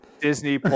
Disney